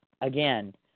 again